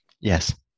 Yes